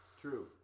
True